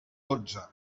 dotze